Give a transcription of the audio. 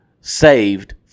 saved